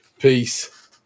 Peace